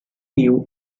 knew